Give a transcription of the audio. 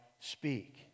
speak